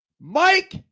Mike